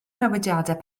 newidiadau